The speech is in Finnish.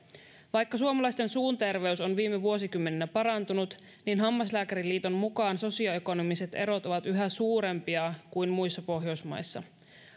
vaikka suomalaisten suunterveys on viime vuosikymmeninä parantunut niin hammaslääkäriliiton mukaan sosioekonomiset erot ovat yhä suurempia kuin muissa pohjoismaissa